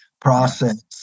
process